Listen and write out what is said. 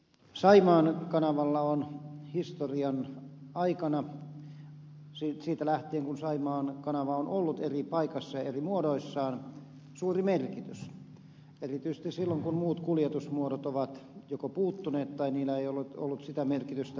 saimaan kanavalla on historian aikana siitä lähtien kun saimaan kanava on ollut eri paikassa ja eri muodoissaan ollut suuri merkitys erityisesti silloin kun muut kuljetusmuodot ovat joko puuttuneet tai niillä ei ole ollut sitä merkitystä kuin on nyt